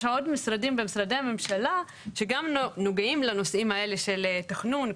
יש עוד משרדים במשרדי הממשלה שגם נוגעים לנושאים האלה של תכנון,